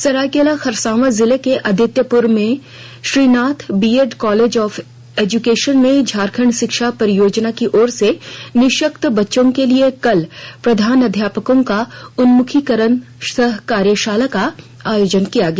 सरायकेला खरसावां जिले के आदित्यपुर में Shrinath BEd college of education में झारखंड शिक्षा परियोजना की ओर से निःशक्त बच्चों के लिए कल प्रधानाध्यापकों का उन्मुखीकरण सह कार्यशाला का आयोजन किया गया